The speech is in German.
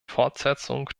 fortsetzung